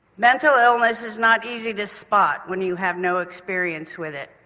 mental illness is not easy to spot when you have no experience with it.